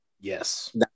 yes